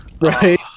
Right